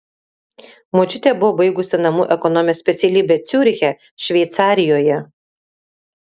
močiutė buvo baigusi namų ekonomės specialybę ciuriche šveicarijoje